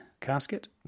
casket